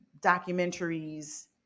documentaries